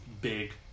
big